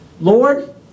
Lord